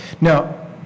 Now